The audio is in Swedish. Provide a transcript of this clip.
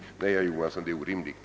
Nej, herr Johansson, det är orimligt.